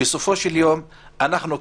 בסופו של יום אנחנו,